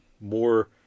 more